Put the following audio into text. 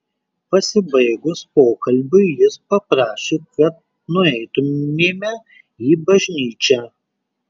pasibaigus pokalbiui jis paprašė kad nueitumėme į bažnyčią